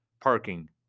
parking